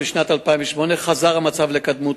2. מה עושה המשטרה בנושא?